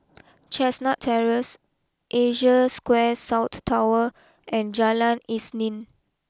Chestnut Terrace Asia Square South Tower and Jalan Isnin